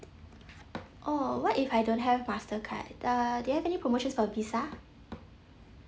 oh what if I don't have mastercard uh do you have any promotions for visa